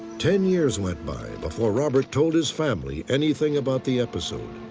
ten years went by before robert told his family anything about the episode.